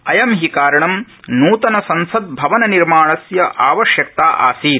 अयं हि कारणं नृतनसंसदभवननिर्माणस्य आवश्यकता आसीत्